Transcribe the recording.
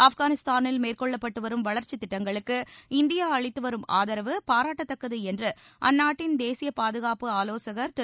ஆப்கானிஸ்தானில் மேற்கொள்ளப்பட்டு வரும் வளர்ச்சித் திட்டங்களுக்கு இந்தியா அளித்துவரும ஆதரவு பாராட்டத்தக்கது என்று அந்நாட்டின் தேசிய பாதுகாப்பு ஆலோசகர் திரு